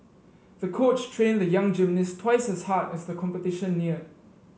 the coach trained the young gymnast twice as hard as the competition neared